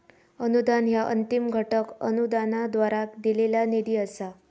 अनुदान ह्या अंतिम घटक अनुदानाद्वारा दिलेला निधी असा